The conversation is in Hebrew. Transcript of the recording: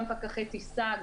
גם פקחי טיסה,